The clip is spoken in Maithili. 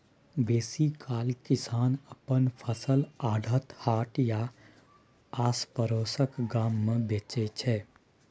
बेसीकाल किसान अपन फसल आढ़त, हाट या आसपरोसक गाम मे बेचै छै